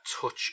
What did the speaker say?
touch